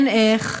אין איך,